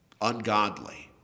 ungodly